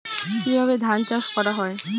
কিভাবে ধান চাষ করা হয়?